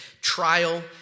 trial